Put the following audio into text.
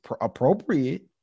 appropriate